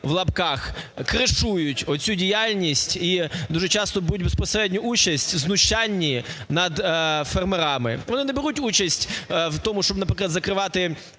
(в лапках) кришують оцю діяльність і дуже часто беруть безпосередню участь у знущанні над фермерами. Вони не беруть участь у тому, щоб, наприклад, закривати